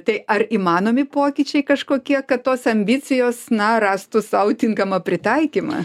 tai ar įmanomi pokyčiai kažkokie kad tos ambicijos na rastų sau tinkamą pritaikymą